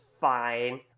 fine